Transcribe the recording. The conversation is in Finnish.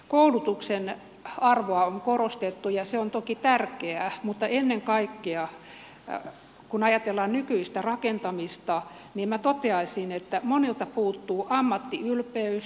koulutuksen arvoa on korostettu ja se on toki tärkeää mutta ennen kaikkea kun ajatellaan nykyistä rakentamista niin minä toteaisin että monelta puuttuu ammattiylpeys